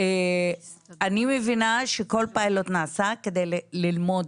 אני מבינה שכל פיילוט נעשה כדי ללמוד